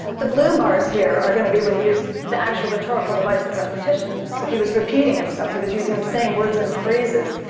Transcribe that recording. the blue bars here are going to be when he used the actual rhetorical device of repetition. so he was repeating himself, he was using the same words and phrases,